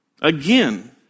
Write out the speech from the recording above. Again